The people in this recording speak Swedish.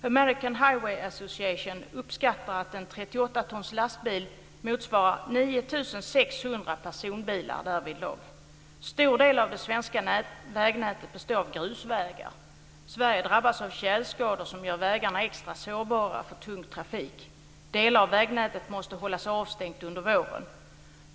American Highway Association uppskattar att en lastbil på 38 ton motsvarar 9 600 personbilar därvidlag. En stor del av det svenska vägnätet består av grusvägar. Sverige drabbas av tjälskador som gör vägarna extra sårbara för tung trafik. Delar av vägnätet måste hållas avstängt under våren.